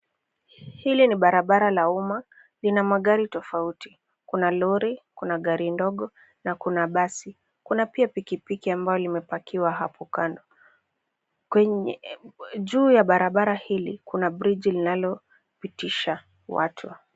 Hili ni barabara la umma, lina magari tofauti. Kuna lori, kuna gari ndogo, na kuna basi, kuna pia pikipiki ambayo limepakiwa hapo. Kwenye juu ya barabara hili, kuna bridge linalopitisha watu.